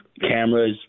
cameras